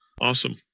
Awesome